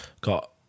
got